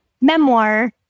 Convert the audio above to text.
memoir